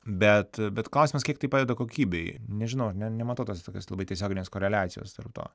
bet bet klausimas kiek tai padeda kokybei nežinau ne nematau tos tokios labai tiesioginės koreliacijos tarp to